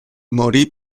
morì